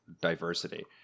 diversity